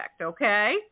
okay